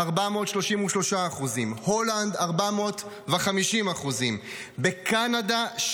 433%; בהולנד 450%; בקנדה,